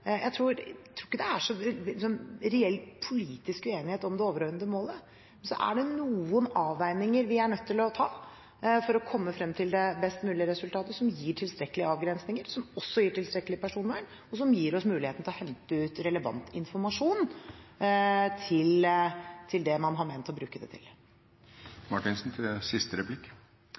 Jeg tror ikke det er noen reell politisk uenighet om det overordnede målet. Så er det noen avveininger vi er nødt til å ta for å komme frem til det best mulige resultatet, som gir tilstrekkelige avgrensninger, som også gir tilstrekkelig personvern, og som gir oss muligheten til å hente ut relevant informasjon til det man har ment å bruke